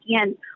again